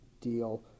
deal